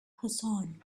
hassan